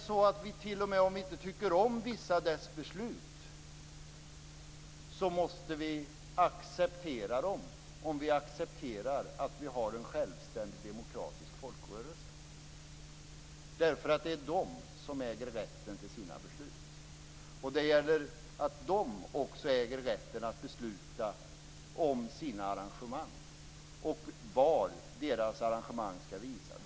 Även om vi inte tycker om vissa av de här besluten, måste vi acceptera dem om vi accepterar att vi har en självständig demokratisk folkrörelse, eftersom det är de som äger rätten till sina beslut. De äger också rätten att besluta om sina arrangemang och var dessa arrangemang skall visas.